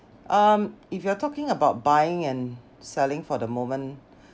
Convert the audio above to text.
um if you are talking about buying and selling for the moment